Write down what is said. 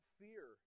fear